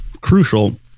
crucial